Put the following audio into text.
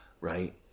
right